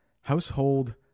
household